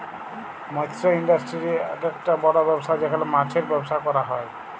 মৎস ইন্ডাস্ট্রি আককটা বড় ব্যবসা যেখালে মাছের ব্যবসা ক্যরা হ্যয়